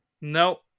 No